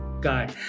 guy